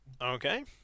Okay